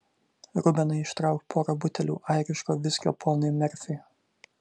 rubenai ištrauk porą butelių airiško viskio ponui merfiui